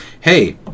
hey